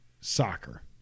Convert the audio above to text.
Soccer